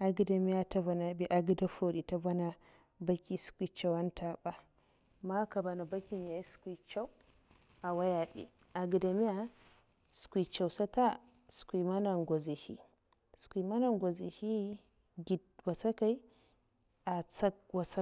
agida'me? Agida furhi a gèda nte vana baki skwi nchew nte ba, man ka nkvana baki'ngaya skwi nchew a'waiya bi. biya agi'dama skwi ncew sata skwi mana ngwozihi. skwi mana ngwozihi ged watsakai at'sak watsak.